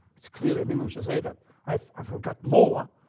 it's clearly an image to say that i forgot more